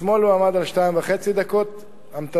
אתמול הוא עמד על 2.5 דקות המתנה.